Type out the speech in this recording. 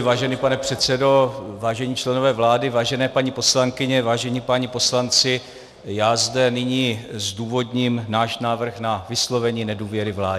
Vážený pane předsedo, vážení členové vlády, vážené paní poslankyně, vážení páni poslanci, já zde nyní zdůvodním náš návrh na vyslovení nedůvěry vládě.